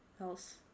else